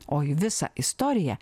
o į visą istoriją